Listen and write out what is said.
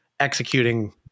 executing